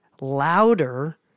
louder